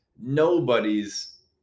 nobody's